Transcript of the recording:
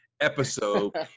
episode